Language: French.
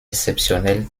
exceptionnel